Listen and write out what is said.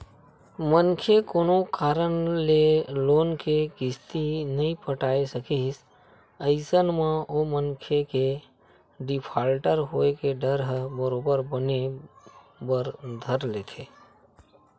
मनखे कोनो कारन ले लोन के किस्ती नइ पटाय सकिस अइसन म ओ मनखे के डिफाल्टर होय के डर ह बरोबर बने बर धर लेथे